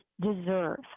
deserve